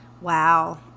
Wow